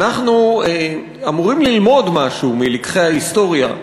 אנחנו אמורים ללמוד משהו מלקחי ההיסטוריה,